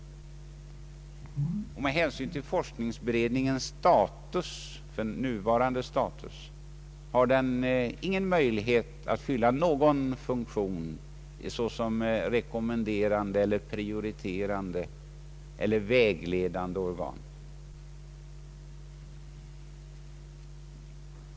Med hänsyn till forskningsberedningens nuvarande status har den ingen möjlighet att fylla någon funktion såsom rekommenderande, prioriterande eller vägledande organ.